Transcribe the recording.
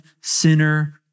sinner